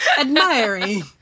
admiring